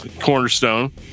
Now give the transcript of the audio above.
cornerstone